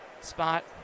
spot